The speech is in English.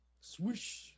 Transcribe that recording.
swish